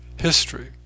History